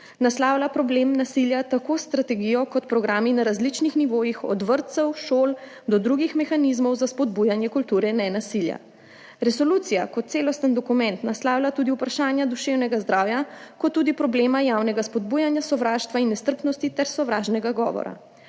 naslavlja problem nasilja tako s strategijo kot programi na različnih nivojih od vrtcev, šol do drugih mehanizmov za spodbujanje kulture in nenasilja. Resolucija kot celosten dokument naslavlja tako vprašanje duševnega zdravja kot tudi problem javnega spodbujanja sovraštva in nestrpnosti ter sovražnega govora.